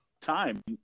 time